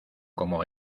como